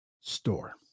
Store